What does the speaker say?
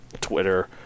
Twitter